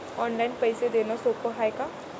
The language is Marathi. ऑनलाईन पैसे देण सोप हाय का?